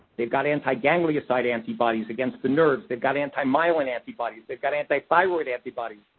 they've got antiganglioside antibodies against the nerves. they've got anti-myelin antibodies, they've got anti-thyroid antibodies.